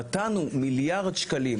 נתנו מיליארד שקלים,